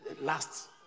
last